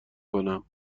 کنم